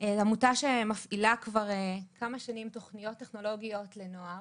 זו עמותה שמפעילה כבר כמה שנים תוכניות טכנולוגיות לנוער